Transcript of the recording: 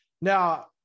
Now